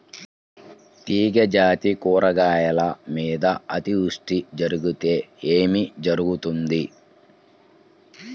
తీగజాతి కూరగాయల మీద అతివృష్టి జరిగితే ఏమి జరుగుతుంది?